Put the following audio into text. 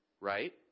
right